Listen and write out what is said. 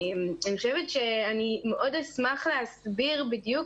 אני חושבת שאני מאוד אשמח להסביר בדיוק